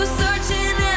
searching